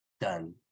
done